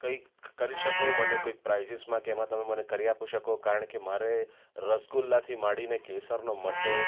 કંઈક કરી શકો મને કોઈક પ્રાઇઝીસમાં કે એમાં તમે મને કરી આપો કારણકે મારે રસગુલ્લાથી માંડીને કેસરનો મઠો